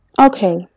okay